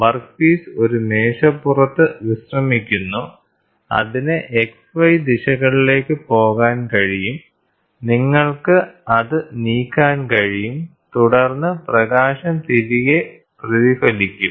workpiece ഒരു മേശപ്പുറത്ത് വിശ്രമിക്കുന്നു അതിന് X Y ദിശകളിലേക്ക് പോകാൻ കഴിയും നിങ്ങൾക്ക് അത് നീക്കാൻ കഴിയും തുടർന്ന് പ്രകാശം തിരികെ പ്രതിഫലിക്കും